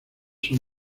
son